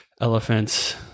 Elephants